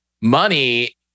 money